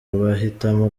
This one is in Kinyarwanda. abahitamo